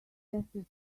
dessert